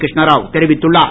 கிருஷ்ணராவ் தெரிவித்துள்ளார்